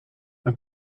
een